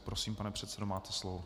Prosím, pane předsedo, máte slovo.